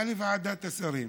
בא לוועדת השרים.